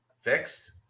fixed